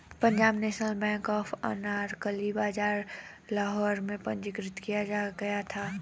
Punjab National Bank को अनारकली बाजार लाहौर में पंजीकृत किया गया था